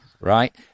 right